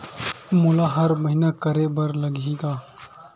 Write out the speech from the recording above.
मोला हर महीना करे बर लगही का?